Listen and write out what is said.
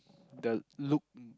the Luke